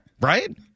Right